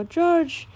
：“George，